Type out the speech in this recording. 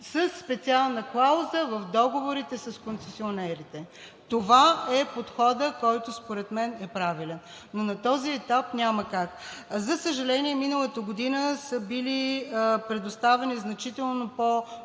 специална клауза в договорите с концесионерите. Това е подходът, който според мен е правилен, но на този етап няма как. За съжаление, миналата година са били предоставени значително по-добри